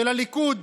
של הליכוד,